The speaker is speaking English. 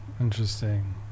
Interesting